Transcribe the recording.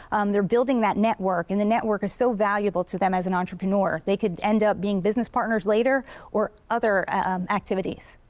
they're building that network, and the network is so valuable to them as an entrepreneur. they could end up being business partners later or other activities.